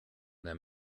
their